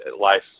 life